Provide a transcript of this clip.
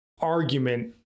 argument